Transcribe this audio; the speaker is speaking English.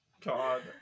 god